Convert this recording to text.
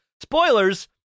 Spoilers